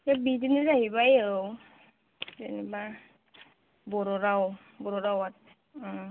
दा बिदिनो जाहैबाय औ जेन'बा बर' राव बर' रावा